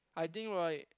I think right